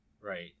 Right